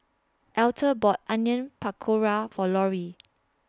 Alta bought Onion Pakora For Lorri